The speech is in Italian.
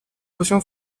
possiamo